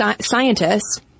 scientists